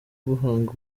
guhanga